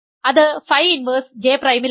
അത് phi inverse J പ്രൈമിലാണ്